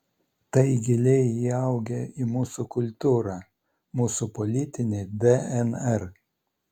tai giliai įaugę į mūsų kultūrą mūsų politinį dnr